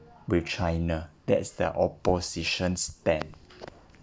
with china that's the opposition's stand